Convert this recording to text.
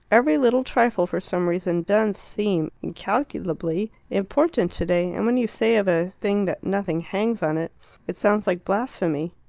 every little trifle, for some reason, does seem incalculably important today, and when you say of a thing that nothing hangs on it it sounds like blasphemy.